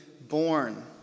born